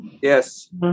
Yes